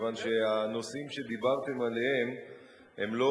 כיוון שהנושאים שדיברתם עליהם הם לא